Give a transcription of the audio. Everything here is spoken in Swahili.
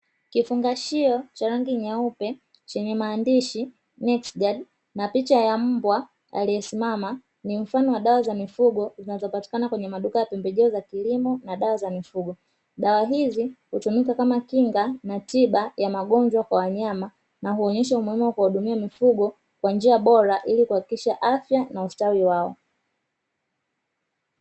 Kifungashio cha rangi nyeupe chenye maandishi "neksi gadi" na picha ya mbwa aliyesimama. Ni mfano wa dawa za mifugo zinazopatikana kwenye maduka ya pembejeo za kilimo na dawa za mifugo. Dawa hizi hutumika kama kinga na tiba ya magonjwa kwa wanyama na huonyesha umuhimu wa kuwahudumia mifugo kwa njia bora ili kuhakikisha afya na ustawi wao.